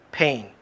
pain